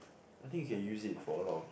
I think you can use it for a lot of